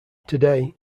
today